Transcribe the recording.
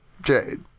Jade